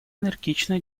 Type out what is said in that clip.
энергично